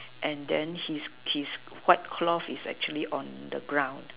and then his his white cloth is actually on the ground